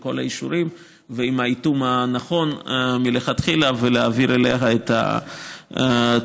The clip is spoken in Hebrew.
עם כל האישורים ועם האיטום הנכון מלכתחילה ולהעביר אליה את הטיפול.